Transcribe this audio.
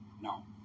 No